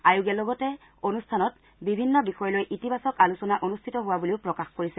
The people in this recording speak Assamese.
আয়োগে লগতে অনুষ্ঠানত বিভিন্ন বিষয় লৈ ইতিবাচক আলোচনা অনুষ্ঠিত হোৱা বুলিও প্ৰকাশ কৰিছে